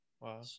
Wow